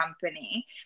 company